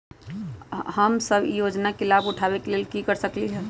हम सब ई योजना के लाभ उठावे के लेल की कर सकलि ह?